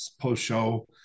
post-show